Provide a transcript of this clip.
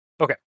Okay